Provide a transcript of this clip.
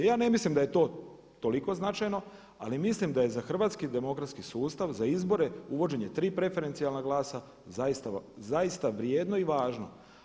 Ja ne mislim da je to toliko značajno ali mislim da je za hrvatski demokratski sustav, za izbore, uvođenje tri preferencijalna glasa zaista vrijedno i važno.